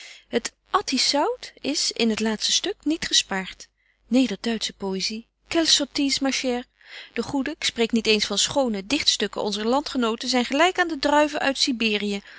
het attisch zout is in het laatste stuk niet gespaart nederduitsche poëzy quelle sottise ma chere de goede k spreek niet eens van schone dichtstukken onzer landgenoten zyn gelyk aan de druiven uit